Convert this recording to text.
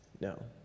No